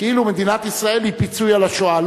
כאילו מדינת ישראל היא פיצוי על השואה.